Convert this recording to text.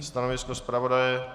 Stanovisko zpravodaje?